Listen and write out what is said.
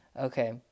Okay